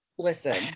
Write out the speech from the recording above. Listen